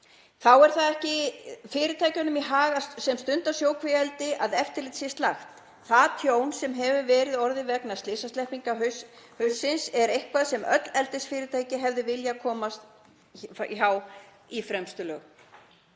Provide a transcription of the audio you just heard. Þá er það ekki fyrirtækjunum í hag sem stunda sjókvíaeldi að eftirlit sé slakt. Það tjón sem hefur orðið vegna slysasleppinga haustsins er eitthvað sem öll eldisfyrirtæki hefðu viljað komast hjá í fremstu lög.